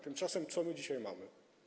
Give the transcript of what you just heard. Tymczasem co my dzisiaj mamy?